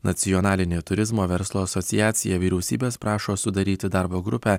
nacionalinė turizmo verslo asociacija vyriausybės prašo sudaryti darbo grupę